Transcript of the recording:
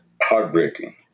heartbreaking